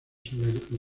sobre